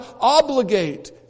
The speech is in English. obligate